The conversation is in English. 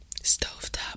Stovetop